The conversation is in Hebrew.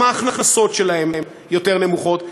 גם ההכנסות שלהם יותר נמוכות,